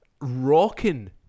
rocking